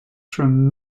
from